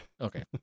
Okay